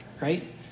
right